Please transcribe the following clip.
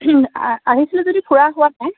আহিছিলে যদি ফুৰা হোৱা নাই